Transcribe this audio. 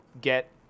get